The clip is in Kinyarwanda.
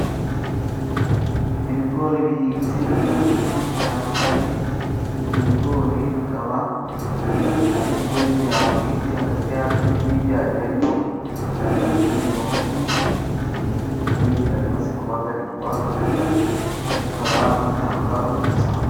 Ibigori bihinze mu murima bitandukanye, ibyo bigori bikaba ari ibigori bya bulide, hagati yabyo n'ibindi hagiye harimo santimetero mirongo ine ,ibi bigori bikaba bimaze kubagarirwa bikaba bitanga umusaruro.